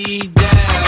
down